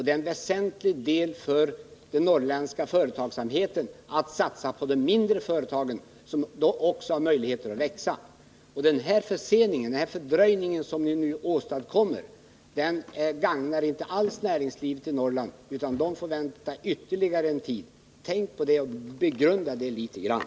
Det är väsentligt för den norrländska företagsamheten att man satsar på de mindre företag som har möjlighet att växa. Den fördröjning som ni nu åstadkommer gagnar inte alls näringslivet i Norrland. Det får vänta ytterligare en tid. Tänk på detta och begrunda det litet grand.